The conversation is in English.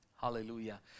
Hallelujah